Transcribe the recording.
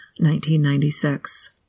1996